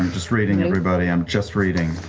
um just reading, everybody, i'm just reading.